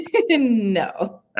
No